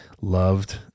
loved